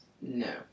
no